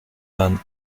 learn